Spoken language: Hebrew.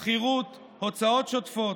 שכירות, הוצאות שוטפות.